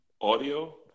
audio